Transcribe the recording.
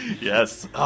Yes